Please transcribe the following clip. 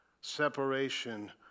separation